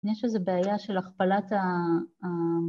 יש איזו בעיה של הכפלת ה...